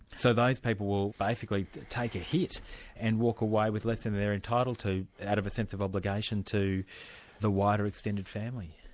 so those people will basically take a hit and walk away with less than they're entitled to out of a sense of obligation to the wider extended family?